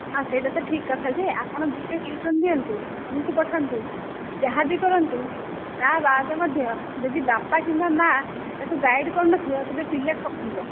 ହଁ ସେଇଟା ତ ଠିକ୍ କଥା ଯେ ଆପଣ ଦୁଇଟା ଟ୍ୟୁସନ୍ ଦିଅନ୍ତୁ ସ୍କୁଲ୍କୁ ପଠାନ୍ତୁ ଯାହା ବି କରନ୍ତୁ ତା ବାଦେ ମଧ୍ୟ ଯଦି ବାପା କିମ୍ବା ମା' ତାକୁ ଗାଇଡ଼୍ କରୁନଥିବ ତେବେ ପିଲା ଠକିବ